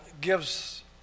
gives